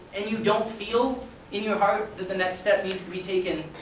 and you don't feel in your heart that the next step needs to be taken,